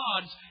gods